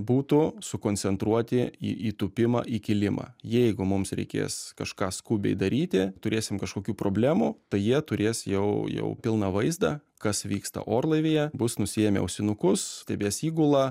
būtų sukoncentruoti į į tūpimą į kilimą jeigu mums reikės kažką skubiai daryti turėsim kažkokių problemų tai jie turės jau jau pilną vaizdą kas vyksta orlaivyje bus nusiėmę ausinukus stebės įgulą